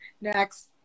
Next